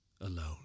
alone